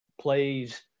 plays